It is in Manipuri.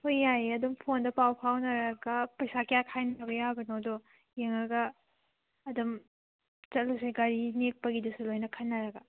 ꯍꯣꯏ ꯌꯥꯏꯌꯦ ꯑꯗꯨꯝ ꯐꯣꯟꯗ ꯄꯥꯎ ꯐꯥꯎꯅꯔꯒ ꯄꯩꯁꯥ ꯀꯌꯥ ꯈꯥꯏꯅꯕ ꯌꯥꯕꯅꯣꯗꯣ ꯌꯦꯡꯉꯒ ꯑꯗꯨꯝ ꯆꯠꯂꯨꯁꯦ ꯒꯥꯔꯤ ꯅꯦꯛꯄꯒꯤꯗꯨꯁꯨ ꯂꯣꯏꯅ ꯈꯟꯅꯔꯒ